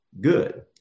good